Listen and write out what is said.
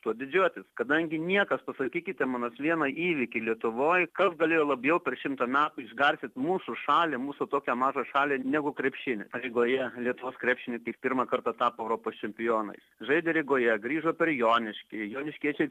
tuo didžiuotis kadangi niekas pasakykite man nors vieną įvykį lietuvoj kas galėjo labiau per šimtą metų išgarsint mūsų šalį mūsų tokią mažą šalį negu krepšinis rygoje lietuvos krepšininkai pirmą kartą tapo europos čempionais žaidė rygoje grįžo per joniškį joniškiečiai